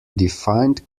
defined